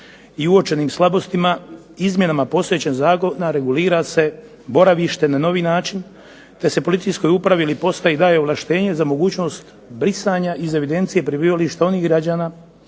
i uočenim slabostima izmjenama posvećen zakon, regulira se boravište na novi način te se policijskoj upravi ili postaji daje ovlaštenje za mogućnost brisanja iz evidencije prebivališta onih građana,